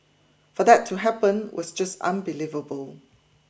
for that to happen was just unbelievable